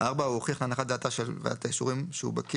(4)הוא הוכיח להנחת דעתה של ועדת האישורים שהוא בקיא